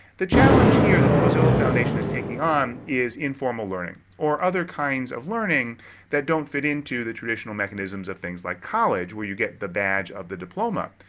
the challenge here that the mozilla foundation is taking on is informal learning or other kinds of learning that don't fit into the traditional mechanisms of things like college where you get the badge of the diploma.